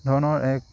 ধৰণৰ এক